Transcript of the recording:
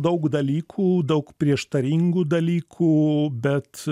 daug dalykų daug prieštaringų dalykų bet